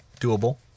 Doable